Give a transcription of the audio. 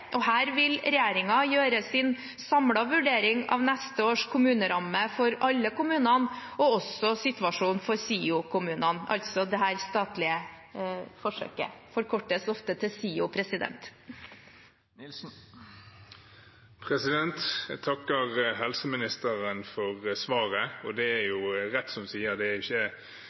Her vil regjeringen gjøre sin samlede vurdering av neste års kommuneramme for alle kommunene og også situasjonen for SIO-kommunene – dette statlige forsøket forkortes ofte til SIO. Jeg takker helseministeren for svaret. Det er rett, som hun sier, at det ikke